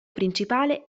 principale